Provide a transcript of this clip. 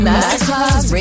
Masterclass